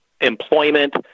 employment